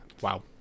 Wow